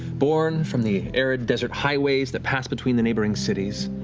born from the arid desert highways that pass between the neighboring cities.